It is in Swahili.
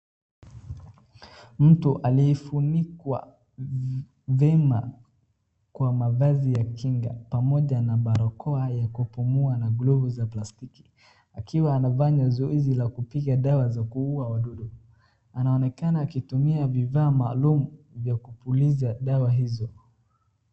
Mtu aliyefunikwa vyema kwa mavazi ya kinga pamoja na barakoa ya kupumua na glovu za plastiki akiwa anafanya zoezi za kupiga dawa za kuuwa wadudu, anaonekana kitumia bidhaa maalum ya kupuliza dawa hizo.